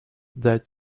that